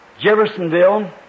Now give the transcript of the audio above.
Jeffersonville